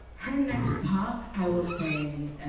her next talk, i will say,